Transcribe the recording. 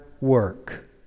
work